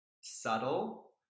subtle